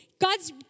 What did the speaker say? God's